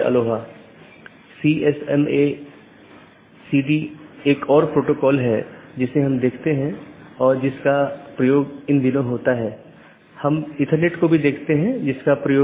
इसलिए सूचनाओं को ऑटॉनमस सिस्टमों के बीच आगे बढ़ाने का कोई रास्ता होना चाहिए और इसके लिए हम BGP को देखने की कोशिश करते हैं